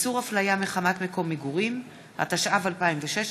(איסור הפליה מחמת מקום מגורים), התשע"ו 2016,